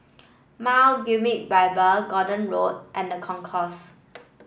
Mount Gerizim Bible Gordon Road and The Concourse